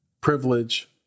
Privilege